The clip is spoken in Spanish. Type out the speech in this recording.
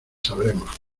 sabremos